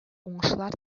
уңышлар